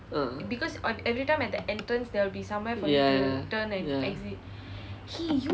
ah ya ya ya